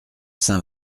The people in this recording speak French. saint